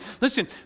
Listen